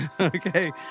Okay